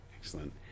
Excellent